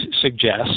suggest